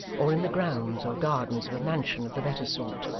or in the grounds or gardens of a mansion of the better sort,